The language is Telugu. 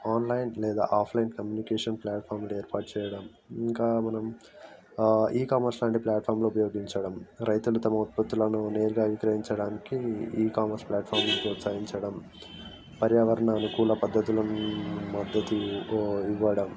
ఆన్లైన్ లేదా ఆఫ్లైన్ కమ్యూనికేషన్ ప్లాట్ఫారంను ఏర్పాటు చేయడం ఇంకా మనం ఈ కామర్స్ లాంటి ప్లాట్ఫారంలు ఉపయోగించడం రైతులు తమ ఉత్పత్తులను నేరుగా విక్రయించడానికి ఈ కామర్స్ ప్లాట్ఫాంను ప్రోత్సహించడం పర్యావరణ అనుకూల పద్ధతులకి మద్దతు ఇవ్వడం